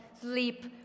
sleep